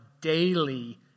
daily